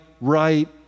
right